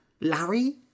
Larry